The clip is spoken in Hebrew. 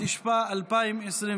התשפ"א 2021,